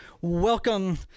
welcome